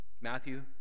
Matthew